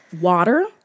Water